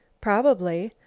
probably.